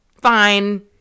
Fine